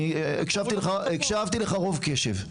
אני הקשבתי לך רוב קשב.